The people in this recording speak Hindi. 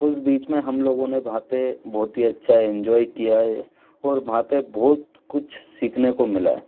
उस बीच में हम लोगों ने वहाँ पर बहुत ही अच्छा एंजॉय किया है और वहाँ पर बहुत कुछ सीखने को मिला है